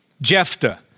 Jephthah